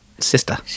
Sister